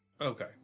Okay